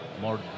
more